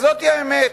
זאת האמת.